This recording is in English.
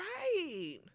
right